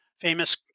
famous